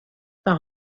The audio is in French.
par